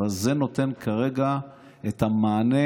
זה נותן כרגע את המענה